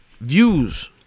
views